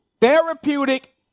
therapeutic